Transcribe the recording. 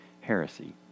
heresy